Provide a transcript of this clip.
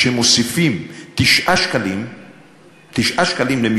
כשמוסיפים 9 שקלים למשפחה,